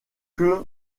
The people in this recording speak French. que